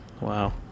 Wow